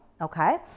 Okay